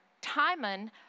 Timon